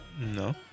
No